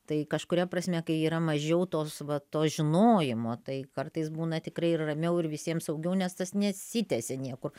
tai kažkuria prasme kai yra mažiau tos va to žinojimo tai kartais būna tikrai ir ramiau ir visiem saugiau nes tas nesitęsia niekur